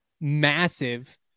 massive